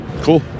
Cool